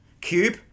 cube